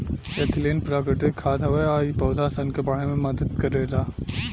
ethylene प्राकृतिक खाद हवे आ इ पौधा सन के बढ़े में मदद करेला